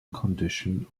condition